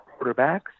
quarterbacks